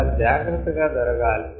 చాలా జాగ్రత్తగా జరగాలి